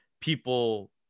people